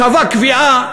קבע קביעה,